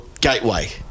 gateway